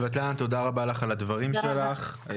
סבטלנה, תודה רבה על הדברים החשובים שלך.